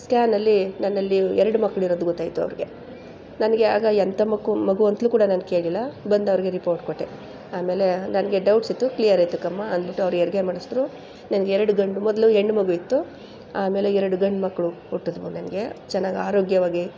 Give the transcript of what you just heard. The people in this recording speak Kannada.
ಸ್ಕ್ಯಾನಲ್ಲಿ ನನ್ನಲ್ಲಿ ಎರಡು ಮಕ್ಳು ಇರೋದು ಗೊತ್ತಾಯಿತು ಅವ್ರಿಗೆ ನನಗೆ ಆಗ ಎಂಥ ಮಗು ಮಗು ಅಂತಲೂ ಕೂಡ ನಾನು ಕೇಳಲಿಲ್ಲ ಬಂದು ಅವ್ರಿಗೆ ರಿಪೋರ್ಟ್ ಕೊಟ್ಟೆ ಆಮೇಲೆ ನನಗೆ ಡೌಟ್ಸ್ ಇತ್ತು ಕ್ಲಿಯರ್ ಆಯಿತು ಕಮ್ಮ ಅಂದ್ಬಿಟ್ಟು ಅವರು ಹೆರ್ಗೆ ಮಾಡ್ಸಿದ್ರು ನನ್ಗೆ ಎರಡು ಗಂಡು ಮೊದಲು ಹೆಣ್ಣು ಮಗು ಇತ್ತು ಆಮೇಲೆ ಎರಡು ಗಂಡು ಮಕ್ಕಳು ಹುಟ್ಟಿದ್ವು ನನಗೆ ಚೆನ್ನಾಗಿ ಆರೋಗ್ಯವಾಗಿ